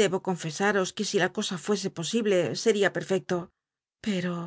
debo co nl'csaros que si la cosa fuese posible seria perfecto pcro